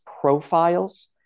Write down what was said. profiles